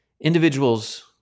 individuals